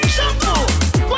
Shampoo